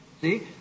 See